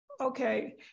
Okay